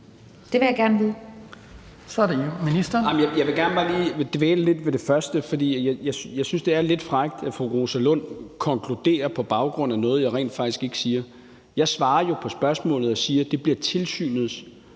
Justitsministeren (Peter Hummelgaard): Jeg vil bare gerne lige dvæle lidt ved det første, for jeg synes, det er lidt frækt, at fru Rosa Lund konkluderer noget på baggrund af noget, jeg rent faktisk ikke siger. Jeg svarer jo på spørgsmålet og siger: Det bliver tilsynets